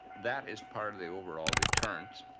that is part of the overall deterrence.